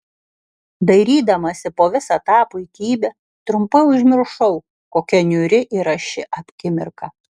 dairydamasi po visą tą puikybę trumpai užmiršau kokia niūri yra ši akimirka